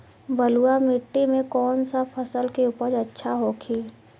बलुआ मिट्टी में कौन सा फसल के उपज अच्छा होखी?